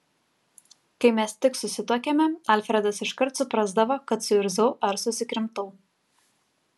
kai mes tik susituokėme alfredas iškart suprasdavo kad suirzau ar susikrimtau